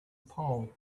pole